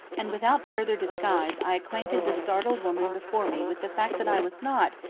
and without further disguise i acquainted the startled woman before me with the fact that i was not,